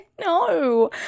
no